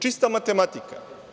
Čista matematika.